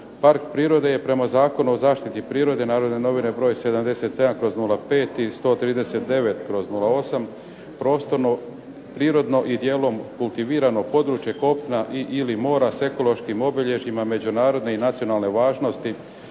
Park prirode je prema Zakonu o zaštiti prirode "Narodne novine" br. 77/05. i 139/08. prostorno prirodno i dijelom kultivirano područje kopna i/ili mora s ekološkim obilježjima međunarodne i nacionalne važnosti,